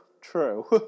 true